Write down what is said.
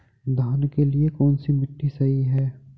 धान के लिए कौन सी मिट्टी सही है?